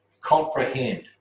comprehend